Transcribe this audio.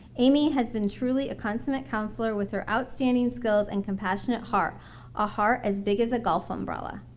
amy has been truly a consummate counselor with her outstanding skills and compassionate heart a heart as big as a golf umbrella.